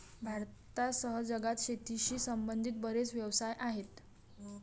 भारतासह जगात शेतीशी संबंधित बरेच व्यवसाय आहेत